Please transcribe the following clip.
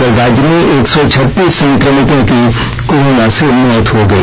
कल राज्य में एक सौ छत्तीस संक्रमितों की कोरोना से मौत हो गई